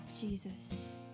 Jesus